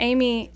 Amy